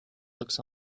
looks